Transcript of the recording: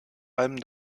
allem